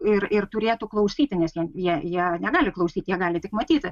ir ir turėtų klausyti nes jie jie negali klausyti jie gali tik matyti